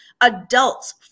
adults